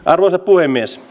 arvoisa puhemies